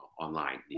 online